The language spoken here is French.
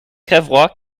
cavrois